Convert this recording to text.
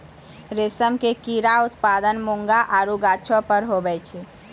रेशम के कीड़ा उत्पादन मूंगा आरु गाछौ पर हुवै छै